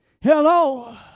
Hello